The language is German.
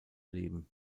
leben